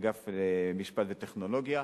אגף למשפט וטכנולוגיה.